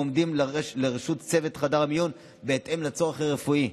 העומדות לרשות צוות חדר המיון בהתאם לצורך הרפואי.